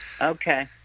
Okay